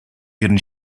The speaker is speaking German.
ihrem